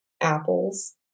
apples